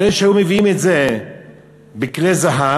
אבל אלה שהיו מביאים את זה בכלי זהב,